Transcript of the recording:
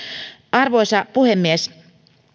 arvoisa puhemies